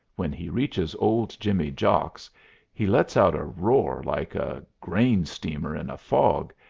when he reaches old jimmy jocks he lets out a roar like a grain-steamer in a fog,